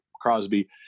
Crosby